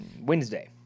Wednesday